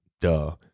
duh